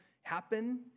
happen